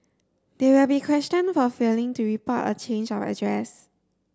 they will be questioned for failing to report a change of address